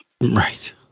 Right